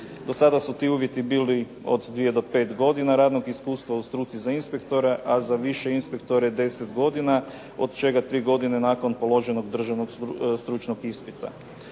Do sada su ti uvjeti bili od 2 do 5 godina radnog iskustva u struci za inspektora, a za više inspektore 10 godina od čega 3 godine nakon položenog državnog stručnog ispita.